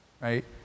right